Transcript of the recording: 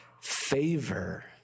favor